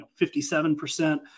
57%